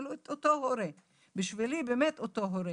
את אותו הורה, בשבילי באמת אותו הורה.